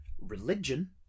religion